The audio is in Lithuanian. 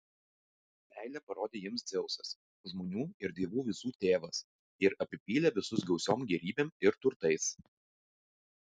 meilę parodė jiems dzeusas žmonių ir dievų visų tėvas ir apipylė visus gausiom gėrybėm ir turtais